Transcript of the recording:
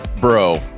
Bro